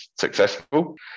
successful